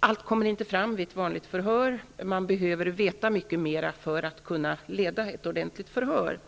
allt inte kommer fram i ett vanligt förhör. Man behöver veta mer för att kunna leda ett ordentligt förhör.